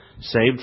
saved